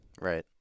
Right